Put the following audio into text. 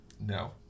No